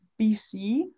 BC